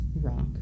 rock